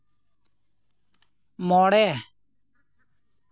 ᱢᱚᱬᱮ